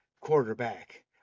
quarterback